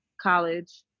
college